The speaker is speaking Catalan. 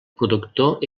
productor